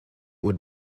would